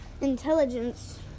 intelligence